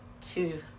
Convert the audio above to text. two